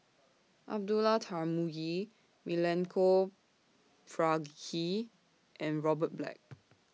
Abdullah Tarmugi Milenko Prvacki and Robert Black